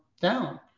down